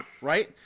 Right